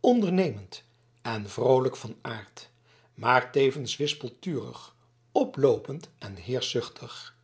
ondernemend en vroolijk van aard maar tevens wispelturig oploopend en heerschzuchtig